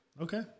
Okay